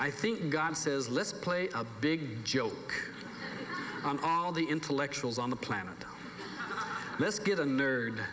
i think god says let's play a big joke on all the intellectuals on the planet let's get a nerd